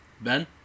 Ben